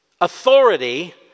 authority